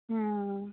हाँ